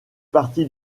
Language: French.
partie